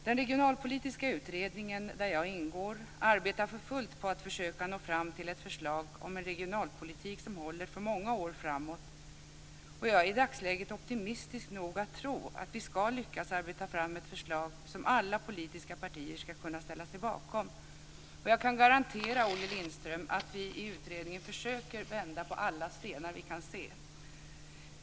Den regionalpolitiska utredningen, där jag ingår, arbetar för fullt på att försöka nå fram till ett förslag om en regionalpolitik som håller för många år framåt, och jag är i dagsläget optimistisk nog att tro att vi ska lyckas arbeta fram ett förslag som alla politiska partier ska kunna ställa sig bakom. Jag kan garantera, Olle Lindström, att vi i utredningen försöker vända på alla stenar vi kan se.